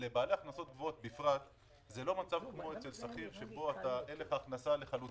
שלא תחויב במס על משיכה שלא כדין שהיא בעצם המס השולי,